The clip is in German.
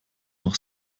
noch